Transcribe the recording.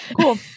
cool